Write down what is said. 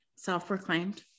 self-proclaimed